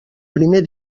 primer